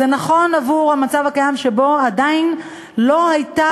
זה נכון עבור המצב הקיים שבו עדיין לא הייתה